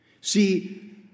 See